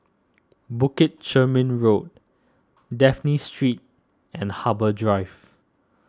Bukit Chermin Road Dafne Street and Harbour Drive